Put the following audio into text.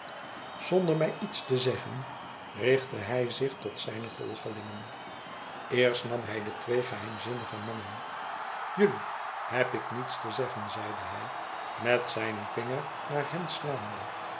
zonder mij iets te zeggen richtte hij zich tot zijne volgelingen eerst nam hij de twee geheimzinnige mannen jelui heb ik niets te zeggen zeide hij met zijn vinger naar hen slaande